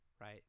Right